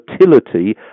volatility